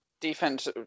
defense